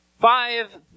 Five